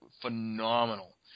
phenomenal